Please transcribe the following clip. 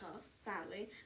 sadly